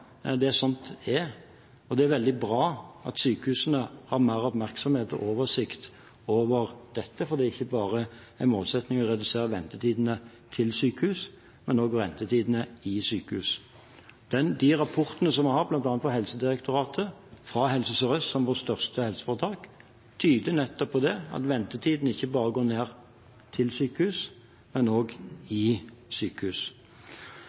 er slik det er, og det er veldig bra at sykehusene har mer oppmerksomhet på og oversikt over dette, for det er ikke bare en målsetting å redusere ventetidene til sykehus, men også ventetidene i sykehus. De rapportene vi har bl.a. fra Helsedirektoratet og fra Helse Sør-Øst, vårt største helseforetak, tyder nettopp på det, at ventetidene ikke bare går ned til sykehus, men også i sykehus.